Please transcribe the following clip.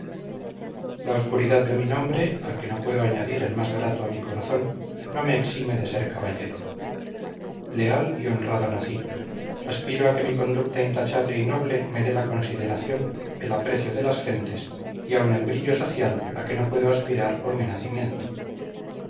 la obscuridad de mi nombre al que no puedo añadir el más grato a mi corazón no me exime de ser caballero leal y honrado nací aspiro a que mi conducta intachable y noble me dé la consideración el aprecio de las gentes y aun el brillo social a que no puedo aspirar por mi nacimiento